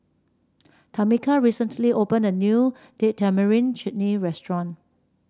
Tamika recently opened a new Date Tamarind Chutney Restaurant